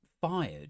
fired